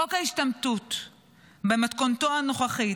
חוק ההשתמטות במתכונתו הנוכחית,